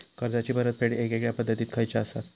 कर्जाचो परतफेड येगयेगल्या पद्धती खयच्या असात?